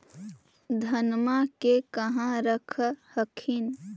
धनमा के कहा रख हखिन?